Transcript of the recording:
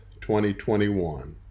2021